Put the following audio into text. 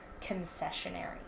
concessionary